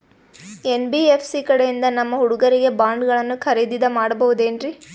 NBFC ಕಡೆಯಿಂದ ನಮ್ಮ ಹುಡುಗರಿಗೆ ಬಾಂಡ್ ಗಳನ್ನು ಖರೀದಿದ ಮಾಡಬಹುದೇನ್ರಿ?